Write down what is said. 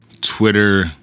Twitter